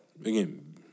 again